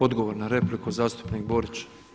Odgovor na repliku zastupnik Borić.